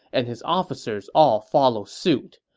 and his officers all followed suit.